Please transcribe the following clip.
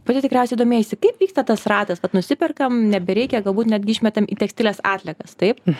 pati tikriausiai domėjaisi kaip vyksta tas ratas nusiperkam nebereikia galbūt netgi išmetam į tekstilės atliekas taip